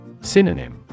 Synonym